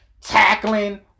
tackling